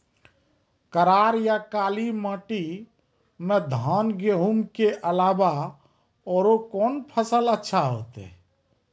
करार या काली माटी म धान, गेहूँ के अलावा औरो कोन फसल अचछा होतै?